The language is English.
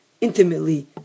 intimately